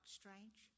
strange